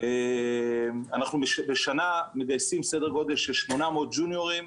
אנחנו בשנה מגייסים סדר גודל של 800 ג'וניורים,